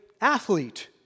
athlete